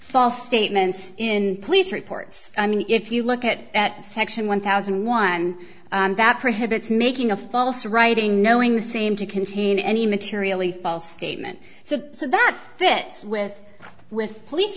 false statements in police reports i mean if you look at section one thousand and one that prohibits making a false writing knowing the same to contain any materially false statement so that fits with with police